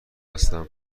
هستم